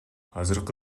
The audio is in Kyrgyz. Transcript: азыркы